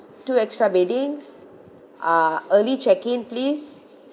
two extra beddings uh early check in please